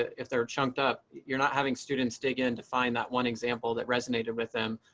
if they're chunked up, you're not having students dig in to find that one example that resonated with them.